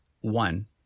One